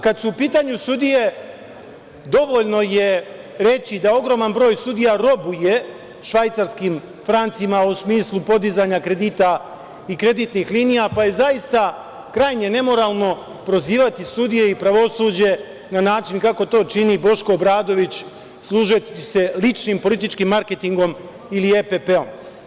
Kada su u pitanju sudije, dovoljno je reći da ogroman broj sudija robuje švajcarskim francima u smislu podizanja kredita i kreditnih linija, pa je zaista krajnje nemoralno prozivati sudije i pravosuđe na način kako to čini Boško Obradović, služeći se ličnim političkim marketingom ili EPP-om.